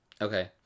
Okay